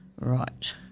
Right